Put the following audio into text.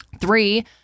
Three